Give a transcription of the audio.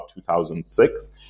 2006